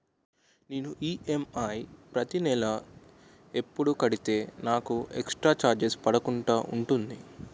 నేను ఈ.ఎమ్.ఐ ప్రతి నెల ఎపుడు కడితే నాకు ఎక్స్ స్త్ర చార్జెస్ పడకుండా ఉంటుంది?